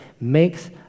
makes